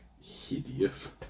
hideous